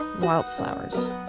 Wildflowers